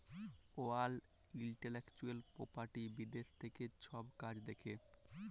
world intellectual property বিদ্যাশ থ্যাকে ছব কাজ দ্যাখে